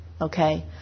Okay